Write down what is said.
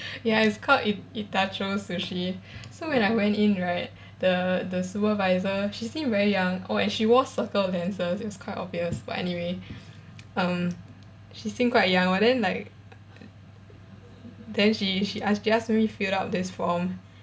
ya it's called it~ itacho sushi so when I went in right the the supervisor she seem very young oh she wore circle lenses it's quite obvious but anyway um she seem quite young but then like then she she asked she asked me fill up this form